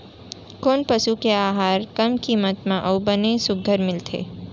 कोन पसु के आहार कम किम्मत म अऊ बने सुघ्घर मिलथे?